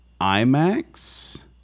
IMAX